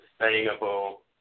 sustainable